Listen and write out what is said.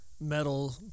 metal